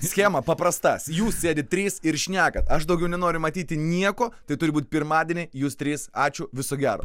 schema paprasta jūs sėdit trys ir šnekat aš daugiau nenoriu matyti nieko tai turi būt pirmadienį jūs trys ačiū viso gero